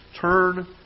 turn